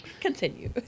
Continue